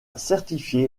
certifié